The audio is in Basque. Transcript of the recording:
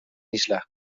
isla